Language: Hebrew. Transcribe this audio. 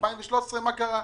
ב-2013 מה קרה?